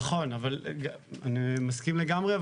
נכון אני מסכים לגמרי,